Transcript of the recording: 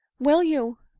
will you